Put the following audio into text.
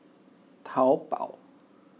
taobao